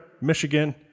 Michigan